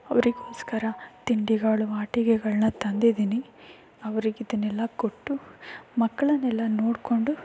ಅವರಿಗೋಸ್ಕರ ತಿಂಡಿಗಳು ಆಟಿಕೆಗಳನ್ನ ತಂದಿದ್ದೀನಿ ಅವರಿಗೆ ಇದನ್ನೆಲ್ಲ ಕೊಟ್ಟು ಮಕ್ಕಳನ್ನೆಲ್ಲ ನೋಡಿಕೊಂಡು